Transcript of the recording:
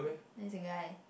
that's the guy